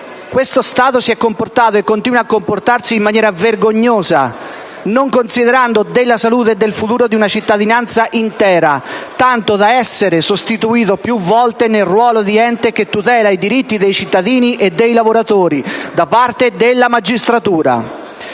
questo Stato si è comportato e continua a comportarsi in maniera vergognosa, non considerando la salute ed il futuro di una cittadinanza intera, tanto da esser sostituito più volte nel ruolo di ente che tutela i diritti dei cittadini e dei lavoratori da parte della magistratura.